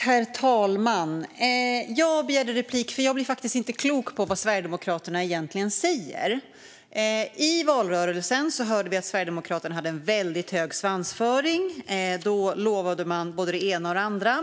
Herr talman! Jag begärde replik för att jag faktiskt inte blir klok på vad Sverigedemokraterna egentligen säger. I valrörelsen hörde vi att Sverigedemokraterna hade en väldigt hög svansföring. Då lovade man både det ena och det andra.